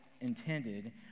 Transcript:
intended